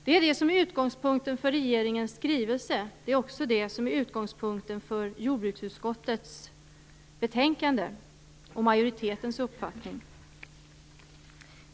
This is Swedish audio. Det är utgångspunkten för regeringens skrivelse och också för jordbruksutskottets betänkande och majoritetens uppfattning.